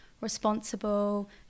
responsible